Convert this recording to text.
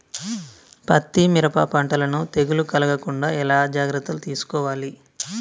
పత్తి మిరప పంటలను తెగులు కలగకుండా ఎలా జాగ్రత్తలు తీసుకోవాలి?